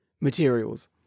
materials